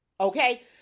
Okay